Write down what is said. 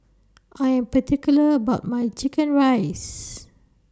I Am particular about My Chicken Rice